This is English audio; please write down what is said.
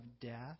death